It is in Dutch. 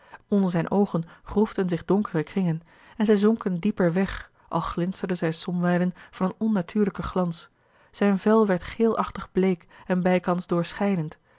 onder zijne oogen groefden zich donkere kringen en zij zonken dieper weg al glinsterden zij somwijlen van een onnatuurlijken glans zijn vel werd geelachtig bleek en bijkans doorschijnend